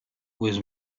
was